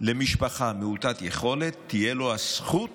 למשפחה מעוטת יכולת, תהיה לו הזכות